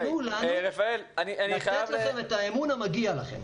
תנו לנו לתת לכם את האמון המגיע לכם.